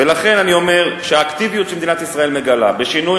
ולכן אני אומר שהאקטיביות שמדינת ישראל מגלה בשינוי